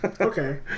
Okay